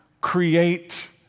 create